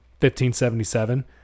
1577